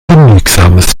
genügsames